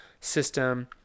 system